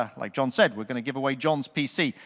ah like john said, we're going to give away john's pc.